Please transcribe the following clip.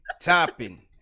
topping